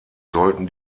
sollten